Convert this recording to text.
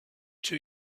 two